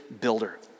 builder